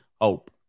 hope